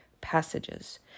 passages